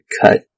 cut